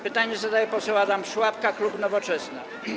Pytanie zadaje poseł Adam Szłapka, klub Nowoczesna.